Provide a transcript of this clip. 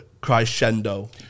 crescendo